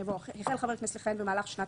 יבוא": מוצע להוסיף כאן סעיף קטן חדש,